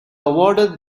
awarded